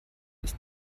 ist